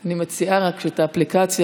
אני מציעה רק שאת האפליקציה,